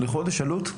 לחודש עלות?